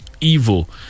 evil